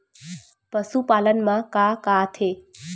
पशुपालन मा का का आथे?